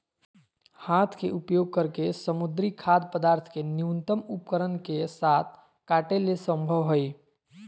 हाथ के उपयोग करके समुद्री खाद्य पदार्थ के न्यूनतम उपकरण के साथ काटे ले संभव हइ